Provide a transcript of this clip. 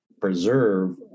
preserve